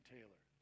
Taylor